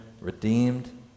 redeemed